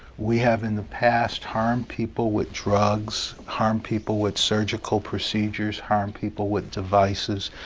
we have in the past harmed people with drugs, harmed people with surgical procedures, harmed people with devices,